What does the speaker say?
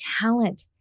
talent